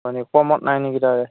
মানে কমত নাই নেকি তাৰে